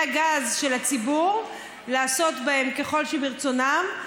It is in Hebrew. הגז של הציבור לעשות בהם ככל שברצונם,